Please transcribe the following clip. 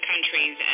countries